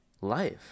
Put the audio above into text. life